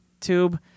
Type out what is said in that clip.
tube